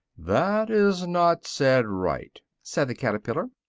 that is not said right, said the caterpillar.